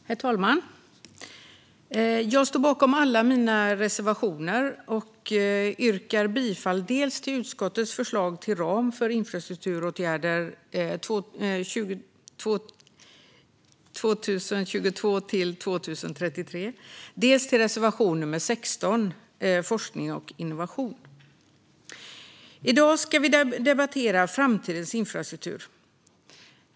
Herr talman! Jag står bakom alla mina reservationer och yrkar bifall dels till utskottets förslag till ram för infrastrukturåtgärder 2022-2033, dels till reservation nummer 16 om forskning och innovation. I dag ska vi debattera framtidens infrastruktur.